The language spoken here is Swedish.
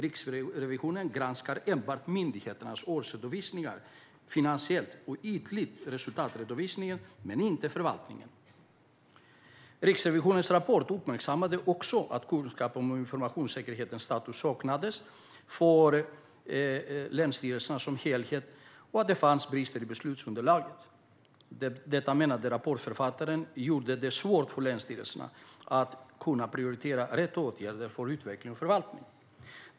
Riksrevisionen granskar enbart myndigheternas årsredovisningar finansiellt, och ytligt även resultatredovisningen men inte förvaltningen. Riksrevisionens rapport uppmärksammade också att kunskap om informationssäkerhetens status saknades för länsstyrelserna som helhet och att det fanns brister i beslutsunderlaget. Detta, menade rapportförfattaren, gjorde det svårt för länsstyrelserna att kunna prioritera rätt åtgärder för utveckling av förvaltningen.